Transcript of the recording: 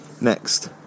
Next